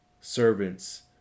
servants